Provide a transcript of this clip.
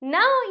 Now